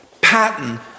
pattern